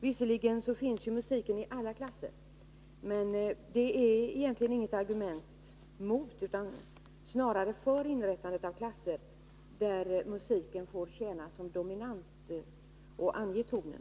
Visserligen förekommer musikundervisning i alla klasser, Torsdagen den men det är egentligen inget argument mot utan snarare för inrättandet av 4 februari 1982 klasser där musiken får tjäna som dominant och ange tonen.